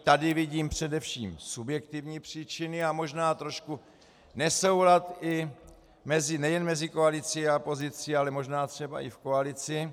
Tady vidím především subjektivní příčiny a možná i trošku nesoulad nejen mezi koalicí a opozicí, ale možná třeba i v koalici.